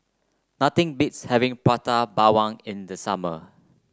nothing beats having Prata Bawang in the summer